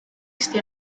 este